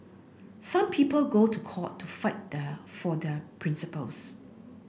some people go to court to fight there for their principles